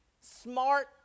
smart